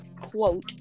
quote